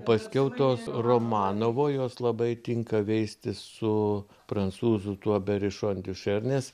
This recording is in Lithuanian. paskiau tos romanovo jos labai tinka veisti su prancūzų tuo berišon diušernės